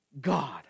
God